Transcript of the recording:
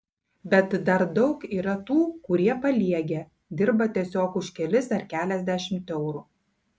bet dar daug yra tų kurie paliegę dirba tiesiog už kelis ar keliasdešimt eurų